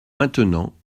maintenant